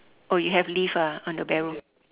oh you have leaf ah on the barrow